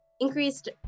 increased